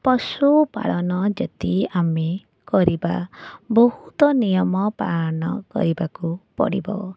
ପଶୁପାଳନ ଯଦି ଆମେ କରିବା ବହୁତ ନିୟମ ପାଳନ କରିବାକୁ ପଡ଼ିବ